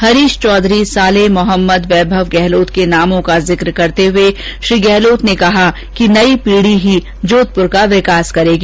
हरीश चौधरी सालेह मोहम्मद वैभव गहलोत के नामों का जिक करते हुए श्री गहलोत ने कहा कि नई पीढ़ी ही जोधपुर का विकास करेगी